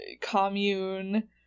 commune